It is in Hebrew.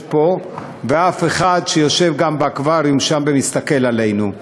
פה ואף אחד שיושב גם באקווריום שם ומסתכל עלינו.